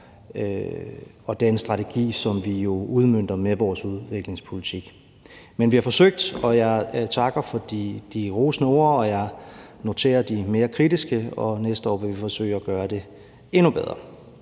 verden og den strategi, som vi udmønter med vores udviklingspolitik. Men vi har forsøgt, og jeg takker for de rosende ord, og jeg noterer de mere kritiske. Næste år vil vi forsøge at gøre det endnu bedre.